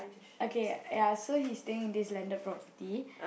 okay ya so he staying in this landed property